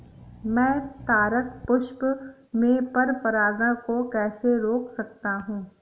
मैं तारक पुष्प में पर परागण को कैसे रोक सकता हूँ?